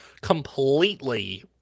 completely